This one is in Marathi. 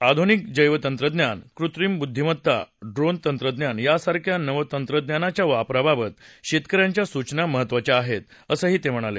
आधुनिक जैवतंत्रज्ञान कृत्रिम बुद्धीमत्ता ड्रोन तंत्रज्ञान यासारख्या नवतंत्रज्ञानाच्या वापराबाबत शेतकऱ्यांच्या सूचना महत्त्वाच्या आहेत असं प्रधानमंत्र्यांनी नमूद केलं